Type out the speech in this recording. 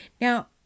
Now